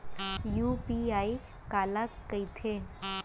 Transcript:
UPI काला कहिथे?